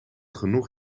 genoeg